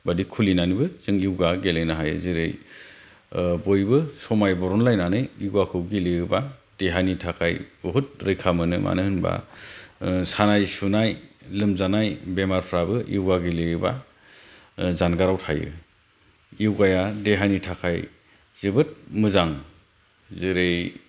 बायदि खुलिनानैबो जों योगा गेलेनो हायो जेरै बयबो समाय बरनलायनानै योगाखौ गेलेयोब्ला देहानि थाखाय बहुद रैखा मोनो मानो होनब्ला सानाय सुनाय लोमजानाय बेमारफ्राबो योगा गेलेयोब्ला जानगाराव थायो योगाया देहानि थाखाय जोबोद मोजां जेरै